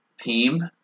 team